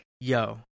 yo